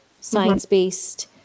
science-based